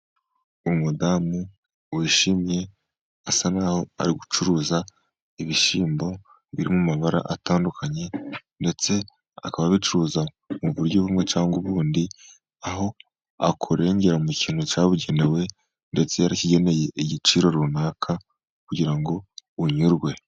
Umudamu wishimye asa nk'aho ari gucuruza ibishyimbo birimo amabara atandukanye, ndetse akaba abicuruza mu buryo bumwe cyangwa ubundi, aho akurengera mu kintu cyabugenewe, ndetse yarakigeneye igiciro runaka, kugira ngo unyurwe.